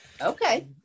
Okay